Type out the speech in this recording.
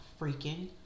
freaking